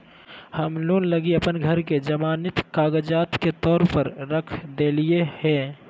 हम लोन लगी अप्पन घर के जमानती कागजात के तौर पर रख देलिओ हें